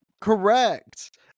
Correct